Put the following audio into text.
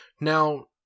Now